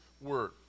word